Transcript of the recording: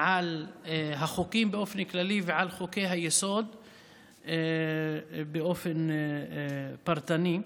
על החוקים באופן כללי ועל חוקי-היסוד באופן פרטני,